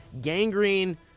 gangrene